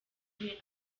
nke